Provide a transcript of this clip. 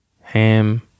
Ham